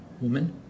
woman